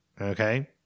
Okay